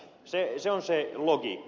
se on se logiikka